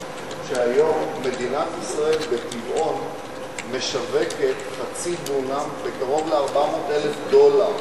שהיום מדינת ישראל משווקת בטבעון חצי דונם בקרוב ל-400,000 דולר.